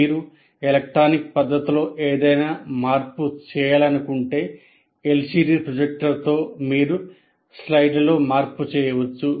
మీరు ఎలక్ట్రానిక్ పద్ధతిలో ఏదైనా మార్పు చేయాలనుకుంటే LCD ప్రొజెక్టర్తో మీరు స్లైడ్లలో మార్పు చేయవచ్చు